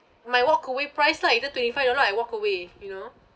my walk away price lah either twenty five dollar I walk away you know